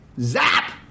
Zap